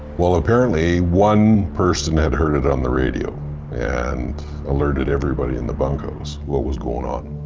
well apparently, one person had heard it on the radio and alerted everybody in the bunkhouse what was going on,